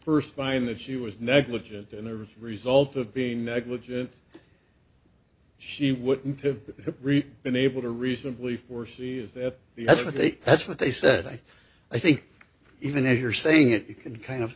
first find that she was negligent and the result of being negligent she wouldn't have read been able to reasonably foresee the that's what they that's what they said i i think even if you're saying it you can kind of